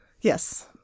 Yes